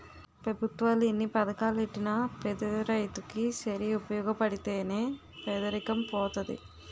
పెభుత్వాలు ఎన్ని పథకాలెట్టినా పేదరైతు కి సేరి ఉపయోగపడితే నే పేదరికం పోతది